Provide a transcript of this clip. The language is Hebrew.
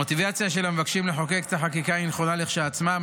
המוטיבציה של המבקשים לחוקק את החקיקה היא נכונה כשלעצמה,